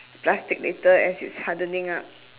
plastic later as it's hardening up